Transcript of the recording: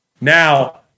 Now